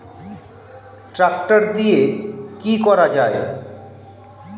Tractor দিয়ে কি করা যায়?